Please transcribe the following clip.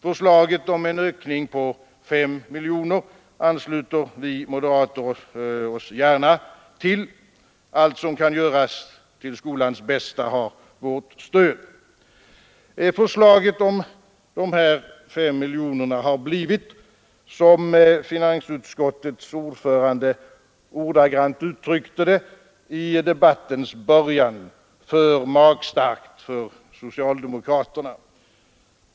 Förslaget om en utökning på 5 miljoner ansluter vi moderater oss gärna till. Allt som kan göras till skolans bästa har vårt stöd. Förslaget om de 5 miljonerna har blivit, som finansutskottets ordförande ordagrant uttryckte det i debattens början, för magstarkt för socialdemokraterna.